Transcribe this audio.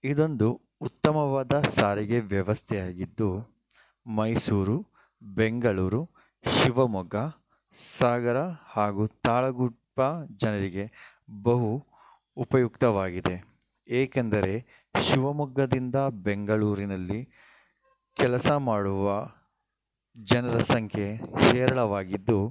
ಇದೊಂದು ಉತ್ತಮವಾದ ಸಾರಿಗೆ ವ್ಯವಸ್ಥೆಯಾಗಿದ್ದು ಮೈಸೂರು ಬೆಂಗಳೂರು ಶಿವಮೊಗ್ಗ ಸಾಗರ ಹಾಗೂ ತಾಳಗುಪ್ಪ ಜನರಿಗೆ ಬಹು ಉಪಯುಕ್ತವಾಗಿದೆ ಏಕೆಂದರೆ ಶಿವಮೊಗ್ಗದಿಂದ ಬೆಂಗಳೂರಿನಲ್ಲಿ ಕೆಲಸ ಮಾಡುವ ಜನರ ಸಂಖ್ಯೆ ಹೇರಳವಾಗಿದ್ದು